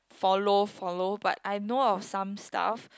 follow follow but I know of some stuff